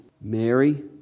Mary